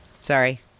Sorry